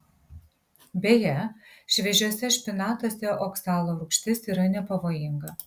beje šviežiuose špinatuose oksalo rūgštis yra nepavojinga